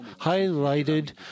highlighted